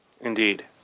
Indeed